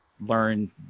learn